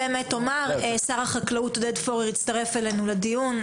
שר החקלאות עודד פורר הצטרף אלינו לדיון,